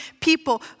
people